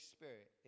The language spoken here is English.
Spirit